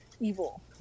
evil